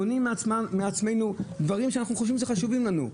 מונעים מעצמנו דברים שחשובים לנו.